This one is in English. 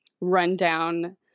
rundown